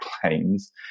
claims